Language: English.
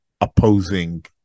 opposing